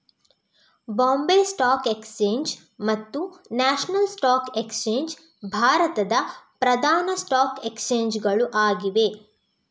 Bombay stock exchange ಮತ್ತು national stock exchange ಭಾರತದ ಪ್ರಧಾನ ಸ್ಟಾಕ್ ಎಕ್ಸ್ಚೇಂಜ್ ಗಳು ಆಗಿವೆ